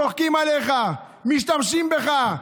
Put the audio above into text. צוחקים עליך, משתמשים בך,